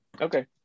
Okay